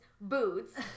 boots